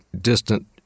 distant